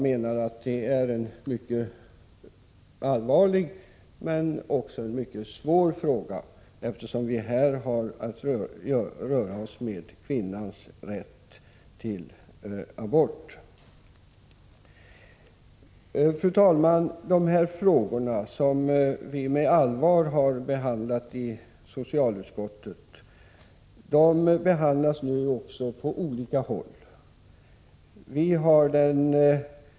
Det är en mycket allvarlig och svår fråga, eftersom vi har att röra oss med kvinnans rätt till abort. Fru talman! De här frågorna, som vi med allvar har behandlat i socialutskottet, är nu aktuella på olika håll.